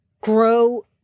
grow